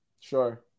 Sure